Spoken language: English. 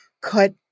cut